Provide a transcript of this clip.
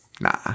nah